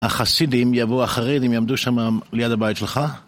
החסידים יבוא החרדים יעמדו שם ליד הבית שלך?